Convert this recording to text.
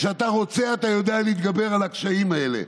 כשאתה רוצה, אתה יודע להתגבר על הקשיים האלה.